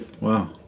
Wow